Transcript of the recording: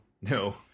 No